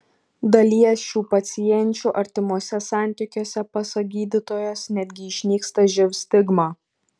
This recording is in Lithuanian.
dalies šių pacienčių artimuose santykiuose pasak gydytojos netgi išnyksta živ stigma